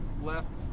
left